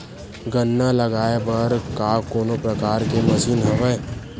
गन्ना लगाये बर का कोनो प्रकार के मशीन हवय?